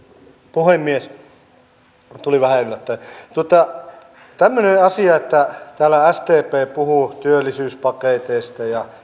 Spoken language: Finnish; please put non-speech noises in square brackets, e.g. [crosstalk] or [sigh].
puhemies tämmöinen asia että täällä sdp puhuu työllisyyspaketeista ja [unintelligible]